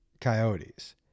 Coyotes